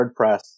WordPress